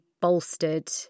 bolstered